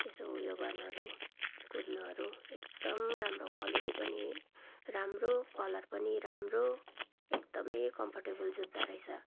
यसो उयो गर्नुहरू कुद्नुहरू एकदम राम्रो क्वालिटी पनि राम्रो कलर पनि राम्रो एकदम कम्फर्टेबल जुत्ता रहेछ